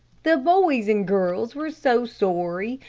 the boys and girls were so sorry.